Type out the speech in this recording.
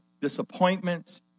disappointments